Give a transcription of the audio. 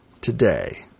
today